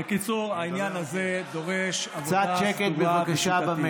בקיצור, העניין הזה דורש, קצת שקט, בבקשה.